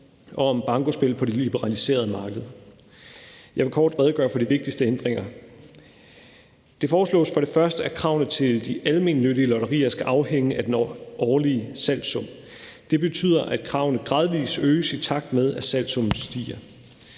og om bankospil på det liberaliserede marked. Jeg vil kort redegøre for de vigtigste ændringer. Det foreslås for det første, at kravene til de almennyttige lotterier skal afhænge af den årlige salgssum. Det betyder, at kravene gradvis øges, i takt med at salgssummen stiger.